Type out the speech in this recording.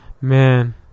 Man